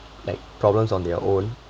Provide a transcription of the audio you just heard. like problems on their own